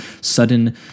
Sudden